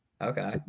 Okay